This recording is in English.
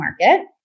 market